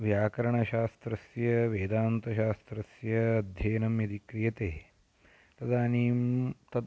व्याकरणशास्त्रस्य वेदान्तशास्त्रस्य अध्ययनं यदि क्रियते तदानीं तत्